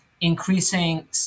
increasing